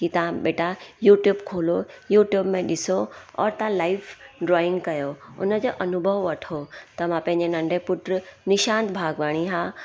की तव्हां बेटा यूट्यूब खोलियो यूट्यूब में ॾिसो और तव्हां लाइव ड्राइंग कयो उनजो अनुभव वठो त मां पंहिंजे नंढे पुटु निशांत भागवाणी आहे